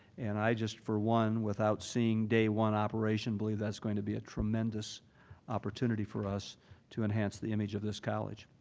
and i just for one, without seeing day one operation, believe that's going to be a tremendous opportunity for us to enhance the image of this college.